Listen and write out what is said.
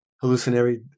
hallucinatory